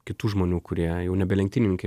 kitų žmonių kurie jau nebe lenktynininkai